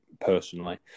personally